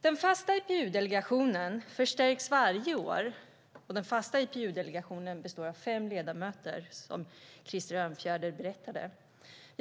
Den fasta IPU-delegationen förstärks varje år - den fasta IPU-delegationen består av fem ledamöter, som Krister Örnfjäder berättade -